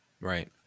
Right